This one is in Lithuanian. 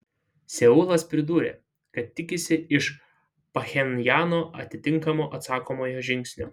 seulas pridūrė kad tikisi iš pchenjano atitinkamo atsakomojo žingsnio